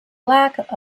lack